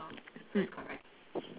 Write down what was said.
mm